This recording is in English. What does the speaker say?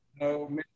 No